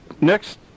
next